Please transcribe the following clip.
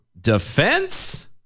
defense